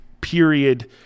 period